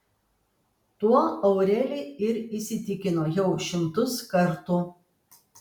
tuo aureli ir įsitikino jau šimtus kartų